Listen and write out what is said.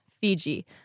Fiji